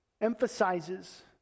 emphasizes